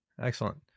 Excellent